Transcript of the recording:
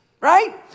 Right